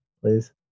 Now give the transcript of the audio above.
please